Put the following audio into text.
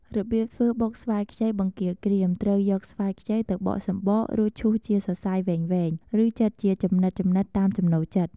របៀបធ្វើបុកស្វាយខ្ចីបង្គាក្រៀមត្រូវយកស្វាយខ្ចីទៅបកសំបក រួចឈូសជាសរសៃវែងៗ ឬចិតជាចំណិតៗតាមចំណូលចិត្ត។